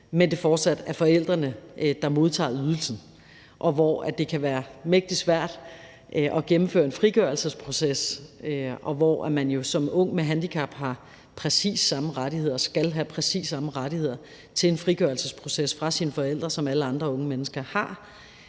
hvor det fortsat er forældrene, der modtager ydelsen, og hvor det kan være mægtig svært at gennemføre en frigørelsesproces, selv om man jo som ung med handicap har præcis samme rettigheder og skal have præcis samme rettigheder til en frigørelsesproces fra sine forældre, som alle andre unge mennesker har.